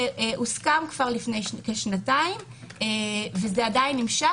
זה הוסכם כבר לפני כשנתיים, וזה עדיין נמשך.